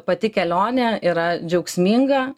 pati kelionė yra džiaugsminga